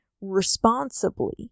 responsibly